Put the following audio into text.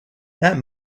that